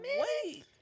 wait